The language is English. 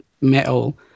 metal